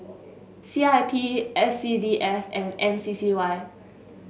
C I P S C D F and M C C Y